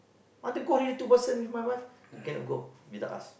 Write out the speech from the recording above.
I want to go already two person with my wife you cannot go without us